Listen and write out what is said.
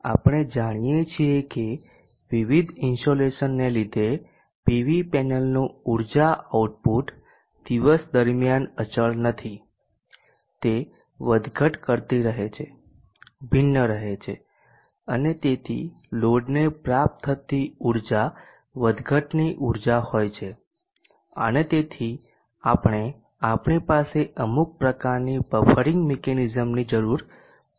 જો કે આપણે જાણીએ છીએ કે વિવિધ ઇનસોલેશનને લીધે પીવી પેનલનું ઉર્જા આઉટપુટ દિવસ દરમિયાન અચળ નથી તે વધઘટ કરતી રહે છે ભિન્ન રહે છે અને તેથી લોડને પ્રાપ્ત થતી ઊર્જા વધઘટની ઉર્જા હોય છે અને તેથી આપણે આપણી પાસે અમુક પ્રકારની બફરિંગ મિકેનિઝમની જરૂર છે